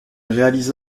réalisa